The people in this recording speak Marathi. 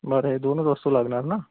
बरं हे दोनच वस्तू लागणार ना